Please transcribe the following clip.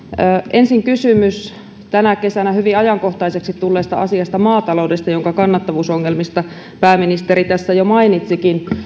ensin kysymys tänä kesänä hyvin ajankohtaiseksi tulleesta asiasta maataloudesta jonka kannattavuusongelmista pääministeri tässä jo mainitsikin